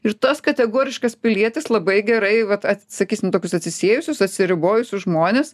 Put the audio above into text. ir tas kategoriškas pilietis labai gerai vat sakysim tokius atsisiėjusius atsiribojusius žmones